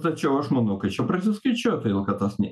tačiau aš manau kad čia prasiskaičiuota todėl kad tas nei